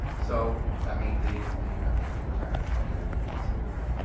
so i mean the the i think the entire executive committee is here, right?